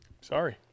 sorry